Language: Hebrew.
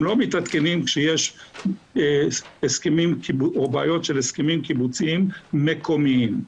הם לא מתעדכנים כשיש בעיות של הסכמים קיבוציים מקומיים.